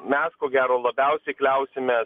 mes ko gero labiausiai kliausimės